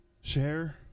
share